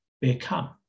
become